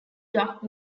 dock